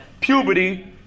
puberty